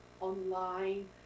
online